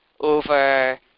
over